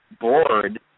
board